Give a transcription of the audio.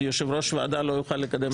אז יושב-ראש ועדה לא יוכל לקדם הצעות חוק שלו.